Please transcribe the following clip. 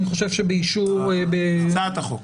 אני חושב שבאישור --- הצעת החוק.